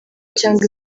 cyangwa